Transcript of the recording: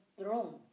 throne